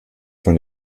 von